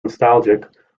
nostalgic